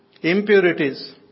impurities